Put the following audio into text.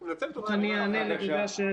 אני מבקש לענות רק על שתי השאלות הראשונות.